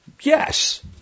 Yes